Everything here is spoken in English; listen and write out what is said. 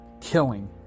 killing